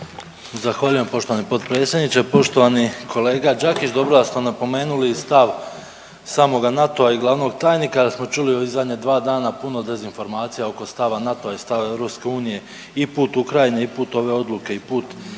Zahvaljujem poštovani potpredsjedniče. Poštovani kolega Đakić. Dobro da ste napomenuli stav samoga NATO-a i glavnog tajnika jer smo čuli u ovi zadnja dva dana puno dezinformacija oko stava NATO-a i stava EU i put Ukrajine i put ove odluke i put ove